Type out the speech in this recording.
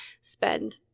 spend